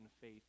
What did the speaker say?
faith